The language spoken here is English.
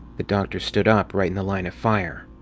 the doctor stood up, right in the line of fire.